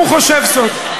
הוא חושב זאת,